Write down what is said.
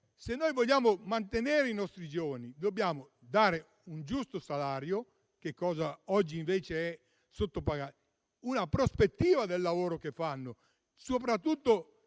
Se noi vogliamo mantenere i nostri giovani, dobbiamo dare loro un giusto salario, mentre oggi sono sottopagati, una prospettiva nel lavoro che fanno, soprattutto